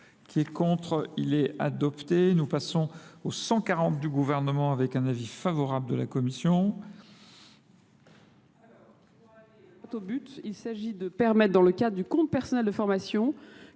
qui est contre, il est adopté. Nous passons au 140 du gouvernement avec un avis favorable de la Commission. Au but, il s'agit de permettre dans le cadre du compte personnel de formation